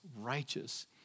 righteous